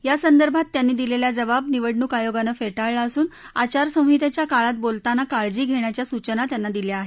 यासंदर्भात त्यांनी दिलेला जबाब निवडणूक आयोगानं फेटाळला असून आचारसंहितेच्या काळात बोलताना काळजी घेण्याच्या सूचना त्यांना दिल्या आहेत